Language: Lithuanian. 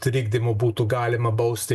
trikdymo būtų galima bausti